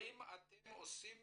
האם אתם עושים